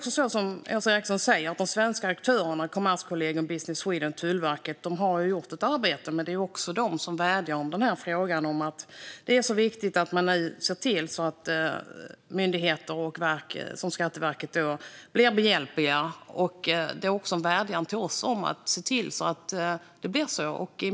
Som Åsa Eriksson säger har de svenska aktörerna - Kommerskollegium, Business Sweden och Tullverket - gjort ett arbete, men det är också de som vädjar om detta och säger att det är viktigt att nu se till att myndigheter och verk, som Skatteverket, blir behjälpliga. Detta är också en vädjan till oss om att se till att det blir så.